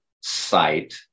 sight